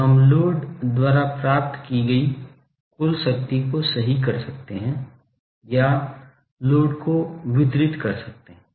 तो हम लोड द्वारा प्राप्त की गई कुल शक्ति को सही कर सकते हैं या लोड को वितरित कर सकते हैं